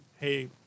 hey